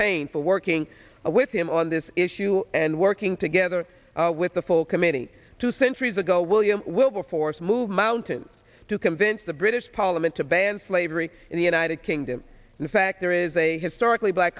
painful working with him on this issue and working together with the full committee two centuries ago william wilberforce move mountains to convince the british parliament to ban slavery in the united kingdom in fact there is a historically black